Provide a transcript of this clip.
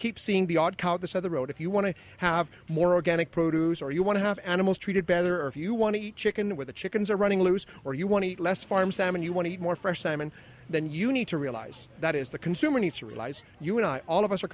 keep seeing the odd cow this other road if you want to have more organic produce or you want to have animals treated better or if you want to eat chicken with the chickens or running loose or you want to eat less farm salmon you want to eat more fresh salmon than you need to realize that is the consumer needs to realize you're not all of us are